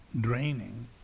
draining